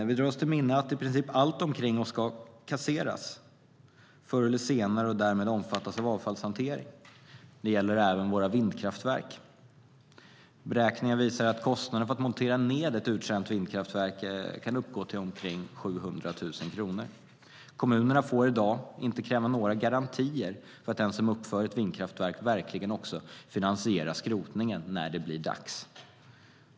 Vi drar oss till minnes att i princip allt omkring oss förr eller senare ska kasseras och därmed omfattas av avfallshantering. Det gäller även våra vindkraftverk. Beräkningar visar att kostnaden för att montera ned ett uttjänt vindkraftverk kan uppgå till omkring 700 000 kronor. Kommunerna får i dag inte kräva några garantier för att den som uppför ett vindkraftverk verkligen också finansierar skrotningen när det blir dags.